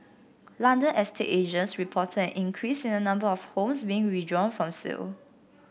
London estate agents reported an increase in the number of homes being withdrawn from sale